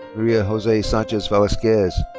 maria jose sanchez velasquez.